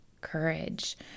courage